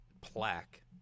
plaque